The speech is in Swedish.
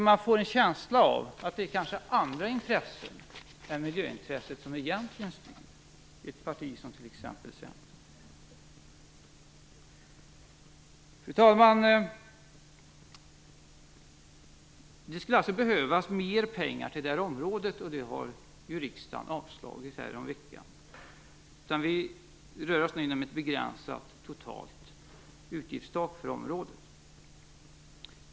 Man får en känsla av att det kanske är andra intressen än miljöintresset som egentligen styr ett parti som Centern. Fru talman! Det skulle alltså behövas mer pengar på det här området. Det kravet har riksdagen avslagit häromveckan. Nu rör vi oss inom ett begränsat totalt utgiftstak för området.